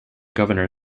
governor